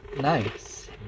Nice